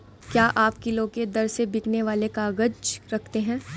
क्या आप किलो के दर से बिकने वाले काग़ज़ रखते हैं?